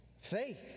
Faith